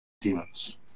demons